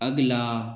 अगला